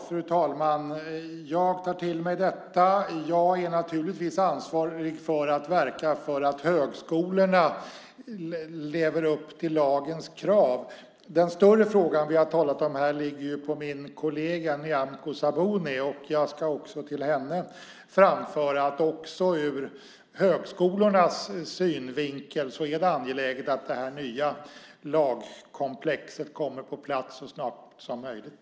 Fru talman! Jag tar till mig detta. Jag är naturligtvis ansvarig för att verka för att högskolorna lever upp till lagens krav. Den större frågan vi har talat om här ligger på min kollega Nyamko Sabuni. Jag ska till henne framföra att det också ur högskolornas synvinkel är angeläget att det nya lagkomplexet kommer på plats så snabbt som möjligt.